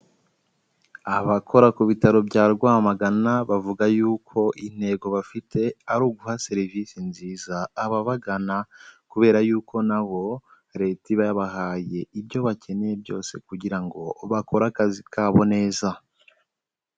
Abakora ku bitaro bya Rwamagana bavuga yuko intego bafite ari uguha serivisi nziza ababagana kubera yuko nabo Leta iba yabahaye ibyo bakeneye byose kugira ngo bakore akazi kabo neza.